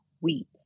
Weep